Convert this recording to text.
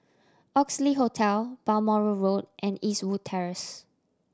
Oxley Hotel Balmoral Road and Eastwood Terrace